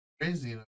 crazy